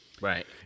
Right